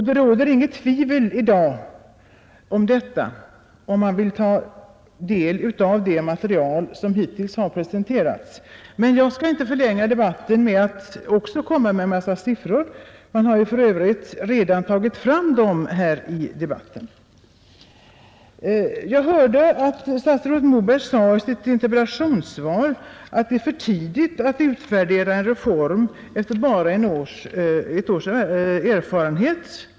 Det råder inget tvivel om detta i dag — om man vill ta del av det material som hittills har presenterats. Men jag skall inte förlänga debatten med att också komma med en mängd siffror. Man har för övrigt redan tagit fram dem här i debatten. Jag hörde att statsrådet Moberg sade i sitt interpellationssvar att det är för tidigt att utvärdera en reform efter bara ett års erfarenhet.